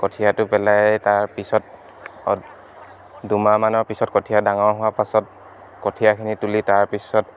কঠিয়াটো পেলাই তাৰপিছত অত দুমাহ মানৰ পিছত কঠিয়া ডাঙৰ হোৱাৰ পাছত কঠিয়াখিনি তুলি তাৰপিছত